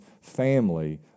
family